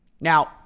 Now